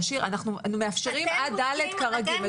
אנחנו מאפשרים עד כיתה ד', כרגיל.